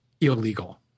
illegal